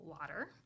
water